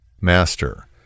master